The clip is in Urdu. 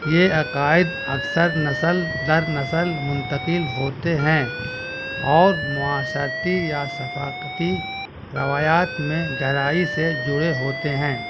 یہ عقائد اکثر نسل در نسل منتقل ہوتے ہیں اور معاشرتی یا ثقاقتی روایات میں گہرائی سے جڑے ہوتے ہیں